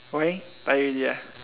why tired already ah